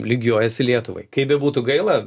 lygiuojasi lietuvai kaip bebūtų gaila